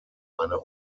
eine